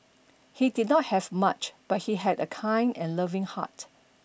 he did not have much but he had a kind and loving heart